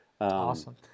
Awesome